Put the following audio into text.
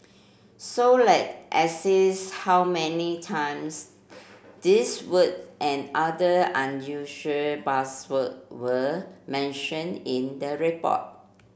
so let assess how many times these word and other unusual buzzword were mentioned in the report